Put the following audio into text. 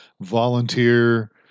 volunteer